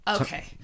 Okay